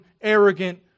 arrogant